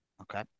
Okay